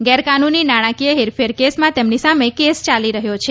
ગેરકાન્રની નાણાકીય હેરફેર કેસમાં તેમની સામે કેસ ચાલી રહ્યો છે